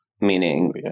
meaning